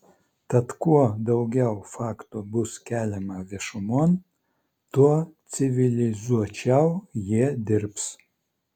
tad kuo daugiau faktų bus keliama viešumon tuo civilizuočiau jie dirbs